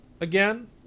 again